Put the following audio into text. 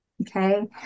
okay